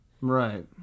right